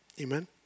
Amen